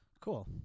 Cool